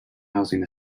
housing